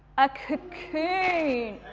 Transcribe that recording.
a cocoon,